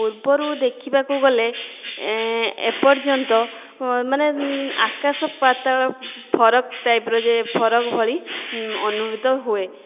ପୂର୍ବରୁ ଦେଖିବାକୁ ଗଲେ ଏପର୍ଯ୍ୟନ୍ତ ମାନେ ଆକାଶ ପାତାଳ ଫରକ ଟାଇପ୍ର ଯେ ଫରକ ଭଳି ଅନୁଭୂତ ହୁଏ